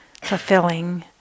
fulfilling